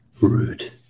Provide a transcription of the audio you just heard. Rude